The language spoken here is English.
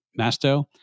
Masto